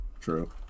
True